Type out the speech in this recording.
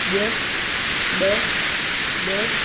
ॼ ॿ ॾ